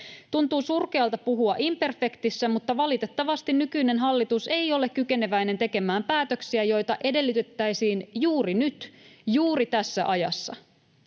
Tuntuu surkealta puhua imperfektissä, mutta valitettavasti nykyinen hallitus ei ole kykeneväinen tekemään päätöksiä, joita edellytettäisiin juuri nyt, juuri tässä ajassa.